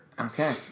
Okay